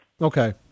Okay